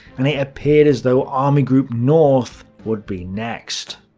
and it appeared as though army group north would be next.